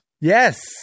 Yes